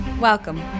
Welcome